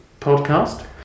podcast